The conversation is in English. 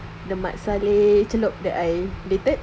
the mat salleh celup that I dated